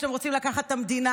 שאתם רוצים לקחת בה את המדינה,